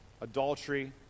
adultery